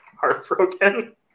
heartbroken